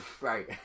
right